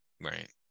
Right